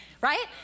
right